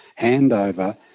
handover